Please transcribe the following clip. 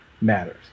matters